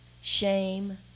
shame